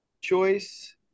choice